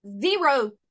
Zero